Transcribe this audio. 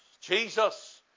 Jesus